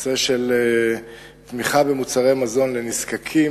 לנושא של תמיכה במוצרי מזון לנזקקים,